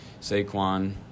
Saquon